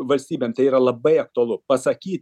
valstybėm tai yra labai aktualu pasakyt